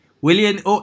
William